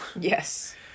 Yes